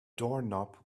doorknob